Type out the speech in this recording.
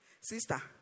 sister